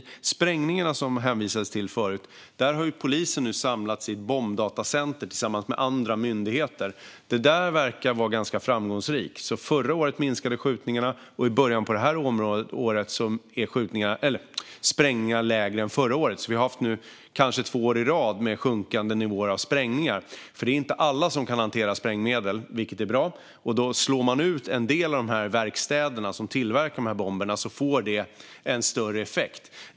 När det gäller sprängningarna, som det hänvisades till förut, har polisen nu samlats i ett bombdatacenter tillsammans med andra myndigheter. Detta verkar vara ganska framgångsrikt. Förra året minskade sprängningarna, och i början av detta år är antalet sprängningar mindre än förra året. Vi har nu haft kanske två år i rad med sjunkande nivåer av sprängningar. Det är nämligen inte alla som kan hantera sprängmedel, vilket är bra. Och slår man ut en del av de verkstäder som tillverkar dessa bomber får det en större effekt.